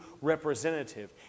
representative